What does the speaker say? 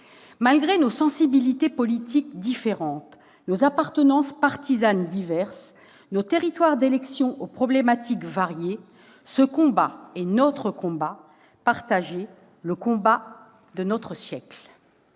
Malgré nos sensibilités politiques différentes, nos appartenances partisanes diverses, nos territoires d'élection aux problématiques variées, ce combat est notre combat partagé, le combat de notre siècle.